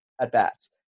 at-bats